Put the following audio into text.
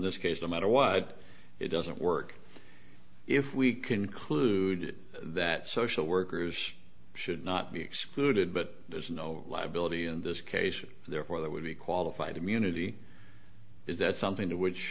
this case no matter what it doesn't work if we conclude that social workers should not be excluded but there's no liability in this case therefore there would be qualified immunity is that something to which